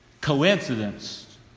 coincidence